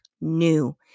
new